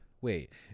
wait